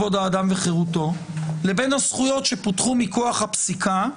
כבוד האדם וחירותו לבין הזכויות שפותחו מכוח הפסיקה,